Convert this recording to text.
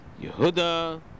Yehuda